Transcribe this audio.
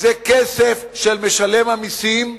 זה כסף של משלם המסים,